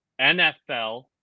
NFL